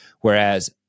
Whereas